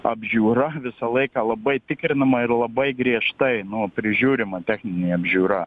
apžiūra visą laiką labai tikrinama ir labai griežtai nu prižiūrima techninė apžiūra